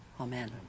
Amen